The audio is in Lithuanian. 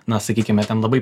na sakykime ten labai